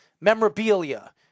memorabilia